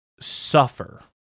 suffer